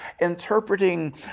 interpreting